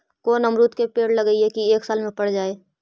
कोन अमरुद के पेड़ लगइयै कि एक साल में पर जाएं?